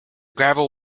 gravel